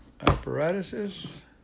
apparatuses